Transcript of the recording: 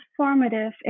transformative